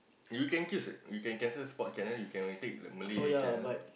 you can choose it you can cancel sport channel you can take the Malay channel